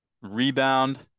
rebound